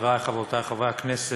חברי וחברותי חברי הכנסת,